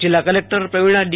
જિલ્લા collector Pravina D